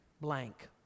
blank